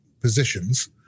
positions